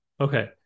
Okay